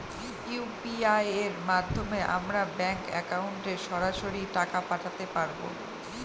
UPI এর মাধ্যমে আমরা ব্যাঙ্ক একাউন্টে সরাসরি টাকা পাঠাতে পারবো?